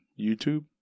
YouTube